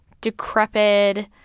decrepit